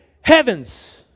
heavens